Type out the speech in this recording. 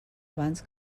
abans